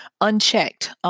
unchecked